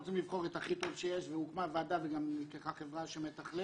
אנחנו רוצים לבחור את הכי טוב שיש והוקמה ועדה וגם נלקחה חברה שמתכללת.